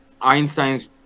Einstein's